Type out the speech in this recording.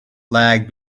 lag